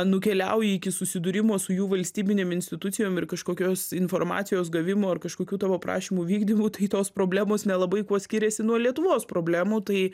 nukeliauji iki susidūrimo su jų valstybinėm institucijom ir kažkokios informacijos gavimo ar kažkokių tavo prašymų vykdymų tai tos problemos nelabai kuo skiriasi nuo lietuvos problemų tai